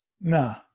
No